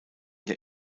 der